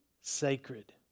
sacred